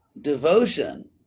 devotion